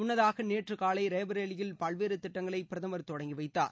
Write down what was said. முன்னதாக நேற்று காலை ரேபரேலியில் பல்வேறு திட்டங்களை பிரதமர் தொடங்கிவைத்தார்